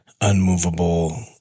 unmovable